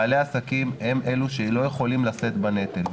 בעלי העסקים הם אלו שלא יכולים לשאת בנטל.